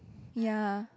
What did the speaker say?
ya